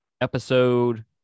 episode